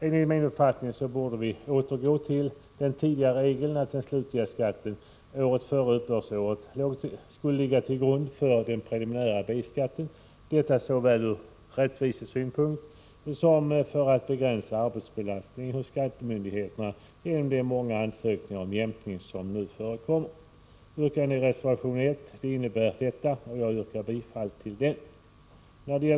Enligt min uppfattning borde vi återgå till den tidigare regeln att den slutliga skatten året före uppbördsåret skall ligga till grund för den preliminära B-skatten, detta såväl ur rättvisesynpunkt som för att begränsa arbetsbelastningen hos skattemyndigheterna genom de många ansökningar om jämkning som nu förekommer. Yrkandet i reservation 1 innebär detta, och jag yrkar bifall till denna.